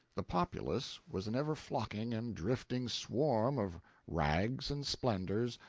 the populace was an ever flocking and drifting swarm of rags, and splendors,